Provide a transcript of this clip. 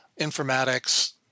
informatics